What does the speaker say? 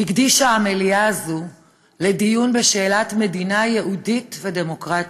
הקדישה המליאה הזאת לדיון בשאלת מדינה יהודית ודמוקרטית?